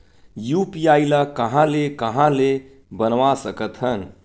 UPI ल कहां ले कहां ले बनवा सकत हन?